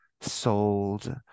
sold